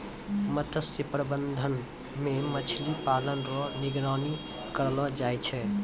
मत्स्य प्रबंधन मे मछली पालन रो निगरानी करलो जाय छै